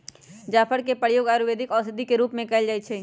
जाफर के प्रयोग आयुर्वेदिक औषधि के रूप में कएल जाइ छइ